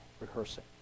rehearsing